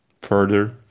further